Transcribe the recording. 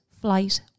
flight